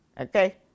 Okay